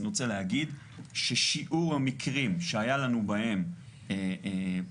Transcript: אני רוצה להגיד ששיעור המקרים שהיו לנו בהם פערים,